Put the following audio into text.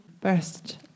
best